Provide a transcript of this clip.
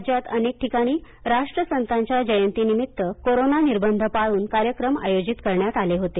राज्यात अनेक ठिकाणी राष्ट्रसंतांच्या जयंतीनिमित्त कोरोना निर्बंध पाळून कार्यक्रम आयोजित करण्यात आले होते